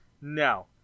No